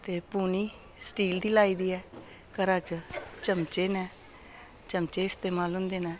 ते पूनी स्टील दी लाई दी ऐ घरै च चमचे न चमचे इस्तेमाल होंदे न